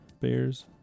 Bears